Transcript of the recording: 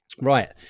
right